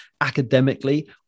academically